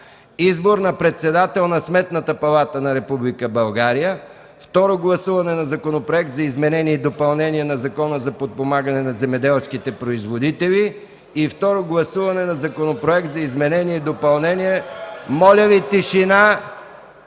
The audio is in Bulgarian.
Избор на председател на Сметната палата на Република България. 3. Второ гласуване на Законопроекта за изменение и допълнение на Закона за подпомагане на земеделските производители. 4. Второ гласуване на Законопроекта за изменение и допълнение на Закона